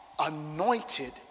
anointed